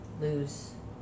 lose